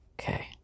Okay